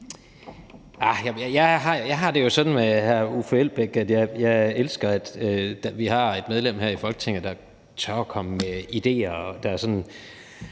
Jeg har det jo sådan med hr. Uffe Elbæk, at jeg elsker, at vi har et medlem her i Folketinget, der tør komme med idéer, og der sådan